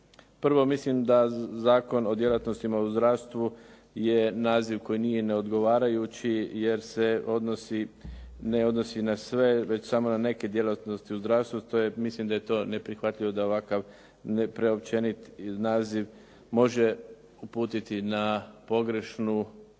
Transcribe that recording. Prvo, mislim da Zakon o djelatnostima u zdravstvu je naziv koji nije neodgovarajući jer se ne odnosi na sve već samo na neke djelatnosti u zdravstvu, mislim da je to neprihvatljiv da ovakav preopćenit naziv može uputiti na pogrešni